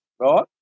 right